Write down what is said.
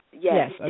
Yes